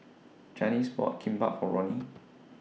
Janis bought Kimbap For Roni